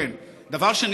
דבר שני,